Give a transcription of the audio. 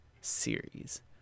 series